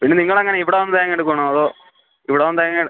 പിന്നെ നിങ്ങളെങ്ങനെ ഇവിടെ വന്ന് തേങ്ങ എടുക്കുവാണോ അതോ ഇവിടെ വന്ന് തേങ്ങ എ